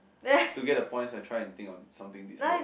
to get the points I try and think of something this year